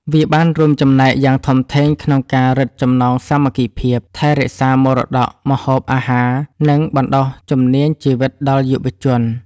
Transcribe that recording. វាបានរួមចំណែកយ៉ាងធំធេងក្នុងការរឹតចំណងសាមគ្គីភាព ថែរក្សាមរតកម្ហូបអាហារ និងបណ្ដុះជំនាញជីវិតដល់យុវជន។